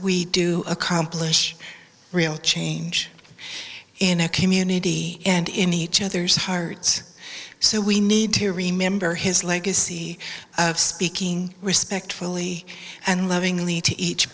we do accomplish real change in a community and in each other's hearts so we need to remember his legacy of speaking respectfully and lovingly to each